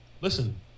Listen